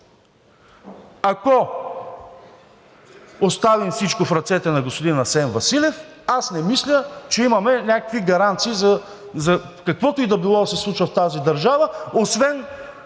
Ако оставим всичко в ръцете на господин Асен Василев, не мисля, че имаме някакви гаранции за каквото и да било да се случва в тази държава, освен